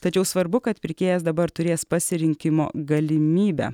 tačiau svarbu kad pirkėjas dabar turės pasirinkimo galimybę